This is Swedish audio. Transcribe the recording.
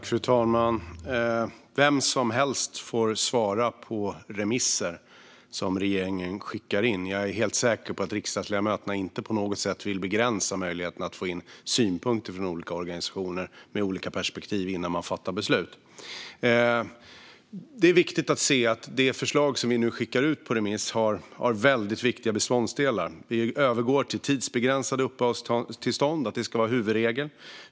Fru talman! Vem som helst får svara på remisser som regeringen skickar ut. Jag är helt säker på att riksdagsledamöterna inte på något sätt vill begränsa möjligheten att få in synpunkter från olika organisationer med olika perspektiv innan beslut fattas. Det förslag vi nu skickar ut på remiss har väldigt viktiga beståndsdelar. Vi övergår till att tidsbegränsade uppehållstillstånd ska vara huvudregel.